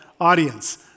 audience